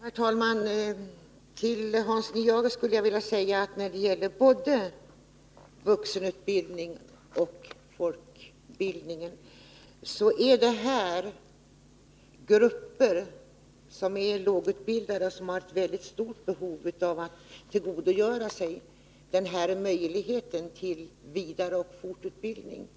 Herr talman! Till Hans Nyhage skulle jag vilja säga att både vuxenutbildningen och folkbildningen gäller grupper som är lågutbildade och som har ett mycket stort behov av att tillgodogöra sig den här möjligheten till vidareutbildning och fortbildning.